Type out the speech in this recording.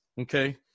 okay